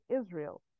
Israel